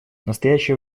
настоящее